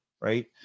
right